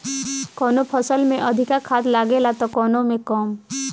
कवनो फसल में अधिका खाद लागेला त कवनो में कम